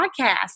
podcast